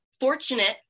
fortunate